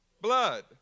blood